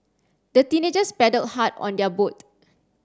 the teenagers paddled hard on their boat